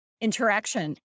interaction